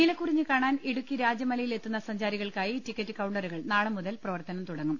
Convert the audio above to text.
നീലക്കുറിഞ്ഞി കാണാൻ ഇടുക്കി രാജമലയിൽ എത്തുന്ന സഞ്ചാരികൾക്കായി ടിക്കറ്റ് കൌണ്ടറുകൾ നാളെമുതൽ പ്രവർത്തനം തുടങ്ങും